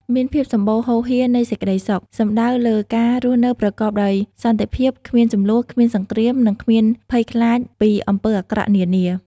មានភាពសម្បូរហូរហៀរនៃសេចក្ដីសុខ សំដៅលលើការរស់នៅប្រកបដោយសន្តិភាព គ្មានជម្លោះ គ្មានសង្គ្រាម និងគ្មានភ័យខ្លាចពីអំពើអាក្រក់នានា។